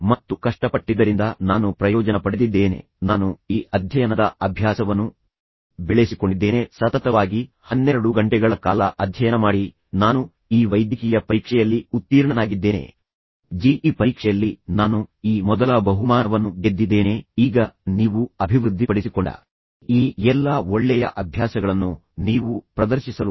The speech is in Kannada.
ಮತ್ತು ಕಷ್ಟಪಟ್ಟಿದ್ದರಿಂದ ನಾನು ಪ್ರಯೋಜನ ಪಡೆದಿದ್ದೇನೆ ನಾನು ಈ ಅಧ್ಯಯನದ ಅಭ್ಯಾಸವನ್ನು ಬೆಳೆಸಿಕೊಂಡಿದ್ದೇನೆ ಸತತವಾಗಿ ಹನ್ನೆರಡು ಗಂಟೆಗಳ ಕಾಲ ಅಧ್ಯಯನ ಮಾಡಿ ನಾನು ಈ ವೈದ್ಯಕೀಯ ಪರೀಕ್ಷೆಯಲ್ಲಿ ಉತ್ತೀರ್ಣನಾಗಿದ್ದೇನೆ ಈ ಜಿ ಇ ಪರೀಕ್ಷೆಯಲ್ಲಿ ನಾನು ಈ ಮೊದಲ ಬಹುಮಾನವನ್ನು ಗೆದ್ದಿದ್ದೇನೆ ಈಗ ನೀವು ಅಭಿವೃದ್ಧಿಪಡಿಸಿಕೊಂಡ ಈ ಎಲ್ಲಾ ಒಳ್ಳೆಯ ಅಭ್ಯಾಸಗಳನ್ನು ನೀವು ಪ್ರದರ್ಶಿಸಲು ಇಷ್ಟಪಡುತ್ತೀರಿ ಆದರೆ ಕೆಟ್ಟ ಅಭ್ಯಾಸಕ್ಕೆ ಸಂಬಂಧಿಸಿದಂತೆ ನೀವು ತುಂಬಾ ಮುಜುಗರಕ್ಕೊಳಗಾಗುತ್ತೀರಿ ಅಥವಾ ತಪ್ಪಿತಸ್ಥರೆಂದು ಭಾವಿಸುತ್ತೀರಿ